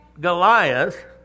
Goliath